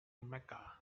mecca